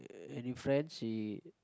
any friends he